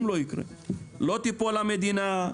לא תיפול המדינה,